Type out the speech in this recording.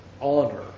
honor